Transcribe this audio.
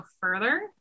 further